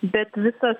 bet visas